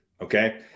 Okay